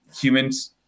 humans